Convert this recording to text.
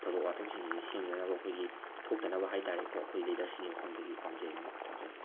ꯊꯧꯗꯣꯛ ꯋꯥꯊꯣꯛꯁꯤꯡꯁꯦ ꯁꯦꯝꯅꯅꯕ ꯑꯩꯈꯣꯏꯒꯤ ꯊꯣꯛꯇꯅꯕ ꯍꯥꯏ ꯇꯥꯔꯦꯀꯣ ꯑꯩꯈꯣꯏ ꯂꯤꯗꯔꯁꯤꯡꯒꯤ ꯃꯐꯝꯗꯒꯤ ꯄꯥꯝꯖꯩ ꯍꯥꯏꯅ ꯊꯝꯖꯒꯦ